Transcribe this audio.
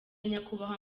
nyakubahwa